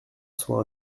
soit